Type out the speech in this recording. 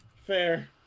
Fair